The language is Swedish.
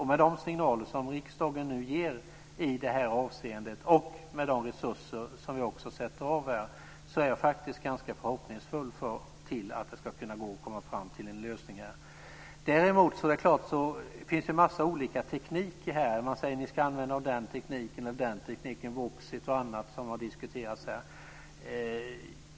Med de signaler som riksdagen nu ger i det avseendet och med de resurser som vi avsätter är jag ganska förhoppningsfull att det ska kunna gå att komma fram till en lösning. Däremot finns här en mängd olika tekniker. Man säger: Ni ska använda er av den tekniken eller den tekniken. Voxit och annat har diskuterats här.